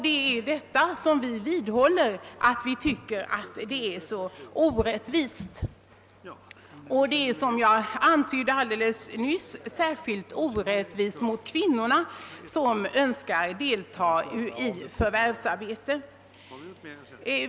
Det är detta som vi alltjämt finner mycket orättvist, och det är som jag antydde särskilt orättvist mot kvinnorna som önskar delta i förvärvsarbete.